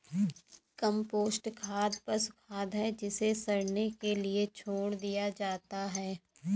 compost खाद पशु खाद है जिसे सड़ने के लिए छोड़ दिया जाता है